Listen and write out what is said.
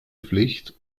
pflicht